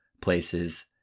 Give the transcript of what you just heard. places